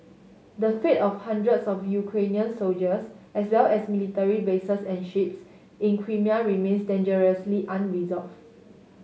the fate of hundreds of Ukrainian soldiers as well as military bases and ships in Crimea remains dangerously unresolve